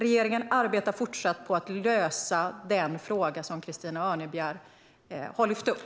Regeringen fortsätter att arbeta på att lösa den fråga som Christina Örnebjär har lyft upp.